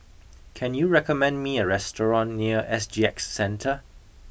can you recommend me a restaurant near S G X Centre